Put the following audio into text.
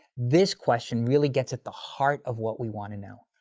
this question really gets at the heart of what we wanna know.